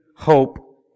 hope